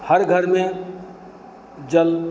हर घर में जल